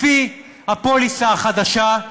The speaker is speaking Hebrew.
לפי הפוליסה החדשה,